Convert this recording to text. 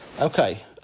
Okay